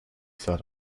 said